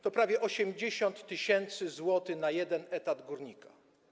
To prawie 80 tys. zł na jeden etat górnika.